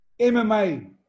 MMA